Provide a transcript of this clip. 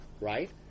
right